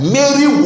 Mary